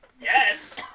yes